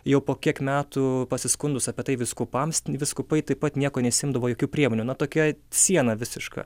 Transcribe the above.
jau po kiek metų pasiskundus apie tai vyskupams vyskupai taip pat nieko nesiimdavo jokių priemonių na tokia siena visiška